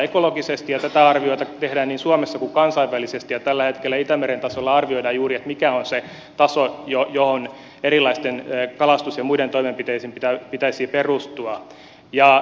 tätä arviota tehdään niin suomessa kuin kansainvälisesti ja tällä hetkellä itämeren tasolla arvioidaan juuri mikä on se taso johon erilaisten kalastus ja muiden toimenpiteiden pitäisi perustua